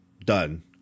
done